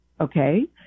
okay